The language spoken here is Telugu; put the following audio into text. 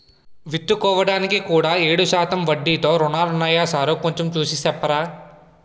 విత్తుకోడానికి కూడా ఏడు శాతం వడ్డీతో రుణాలున్నాయా సారూ కొంచె చూసి సెప్పరా